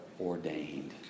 ordained